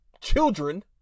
children